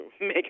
make